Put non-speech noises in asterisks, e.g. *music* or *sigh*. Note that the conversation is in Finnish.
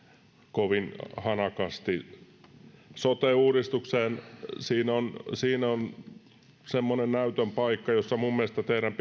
kovin hanakasti sote uudistukseen siinä on siinä on semmoinen näytön paikka jossa minun mielestäni teidän *unintelligible*